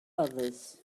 others